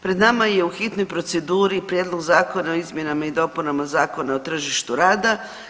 Pred nama je u hitnoj proceduri Prijedlog zakona o izmjenama i dopunama Zakona o tržištu rada.